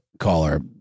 caller